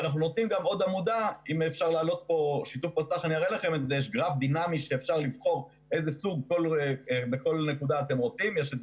ואנחנו נותנים גם עוד עמודה יש גרף דינאמי שיש אותו בקישור שהעברתי